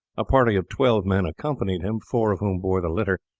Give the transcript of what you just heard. a party of twelve men accompanied him, four of whom bore the litter,